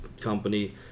company